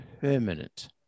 permanent